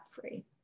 free